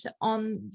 on